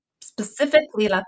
specifically